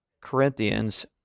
Corinthians